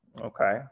Okay